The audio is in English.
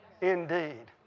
Indeed